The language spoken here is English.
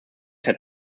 had